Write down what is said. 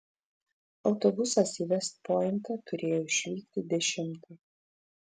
autobusas į vest pointą turėjo išvykti dešimtą